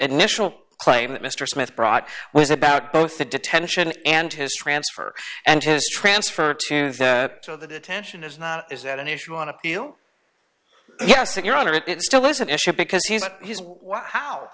initial claim that mr smith brought was about both the detention and his transfer and his transfer to the so the detention is not is that an issue on appeal yes if you're on it it still is an issue because he's how